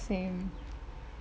same